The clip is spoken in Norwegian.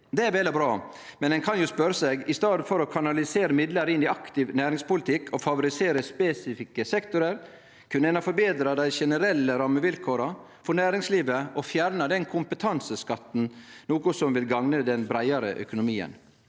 Det er vel og bra, men ein kan jo spørje seg om ein i staden for å kanalisere midlar inn i aktiv næringspolitikk og favorisere spesifikke sektorar, kunne ha forbetra dei generelle rammevilkåra for næringslivet og fjerna denne kompetanseskatten, noko som ville ha gagna den breiare økonomien.